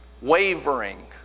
wavering